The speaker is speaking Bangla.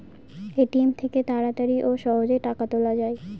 এ.টি.এম থেকে তাড়াতাড়ি ও সহজেই টাকা তোলা যায়